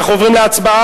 אנחנו עוברים להצבעה.